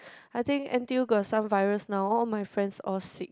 I think N_T_U got some virus now all my friends all sick